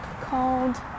called